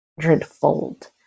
hundredfold